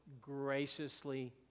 graciously